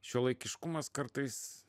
šiuolaikiškumas kartais